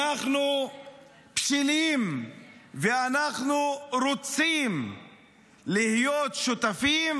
אנחנו בשלים ואנחנו רוצים להיות שותפים,